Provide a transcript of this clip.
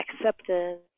acceptance